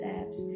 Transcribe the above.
apps